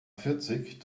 vierzig